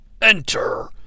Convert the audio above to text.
Enter